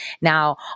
Now